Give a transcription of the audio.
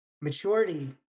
maturity